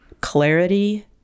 clarity